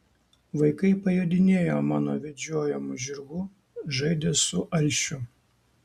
vaikai pajodinėjo mano vedžiojamu žirgu žaidė su alšiu